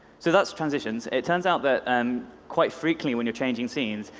so that's transitions. it turns out that and quite frequently when changing scenes,